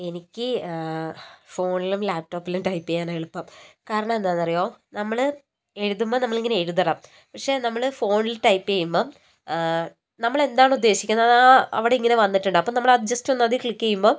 എനിക്ക് ഫോണിലും ലാപ് ടോപ്പിലും ടൈപ്പ് ചെയ്യാനാണ് എളുപ്പം കാരണം എന്താണെന്നറിയുമോ നമ്മൾ എഴുതുമ്പോൾ നമ്മളിങ്ങനെ എഴുതണം പക്ഷേ നമ്മൾ ഫോണിൽ ടൈപ്പ് ചെയ്യുമ്പോൾ നമ്മൾ എന്താണോ ഉദ്ദേശിക്കുന്നത് അത് ആ അവിടെ ഇങ്ങനെ വന്നിട്ടുണ്ടാകും അപ്പം നമ്മൾ ജസ്റ്റ് ഒന്ന് അതിൽ ക്ലിക്ക് ചെയ്യുമ്പോൾ